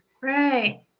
right